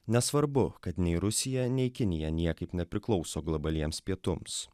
nesvarbu kad nei rusija nei kinija niekaip nepriklauso globaliems pietums